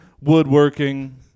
woodworking